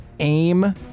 aim